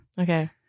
Okay